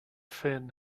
fin